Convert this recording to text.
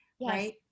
right